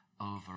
over